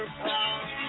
power